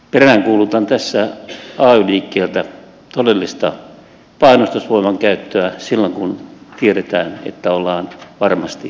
peräänkuulutan tässä ay liikkeeltä todellista painostusvoiman käyttöä silloin kun tiedetään että ollaan varmasti oikeassa